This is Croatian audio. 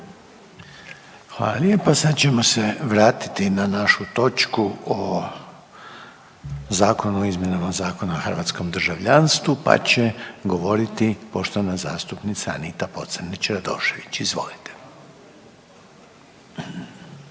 Hvala lijepa. Sad ćemo se vratiti na našu točku o Zakonu o izmjenama Zakona o hrvatskom državljanstvu, pa će govoriti poštovana zastupnica Anita Pocrnić Radošević, izvolite.